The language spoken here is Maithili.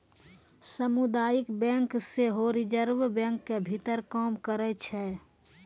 समुदायिक बैंक सेहो रिजर्वे बैंको के भीतर काम करै छै